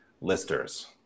listers